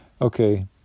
okay